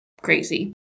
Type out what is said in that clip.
crazy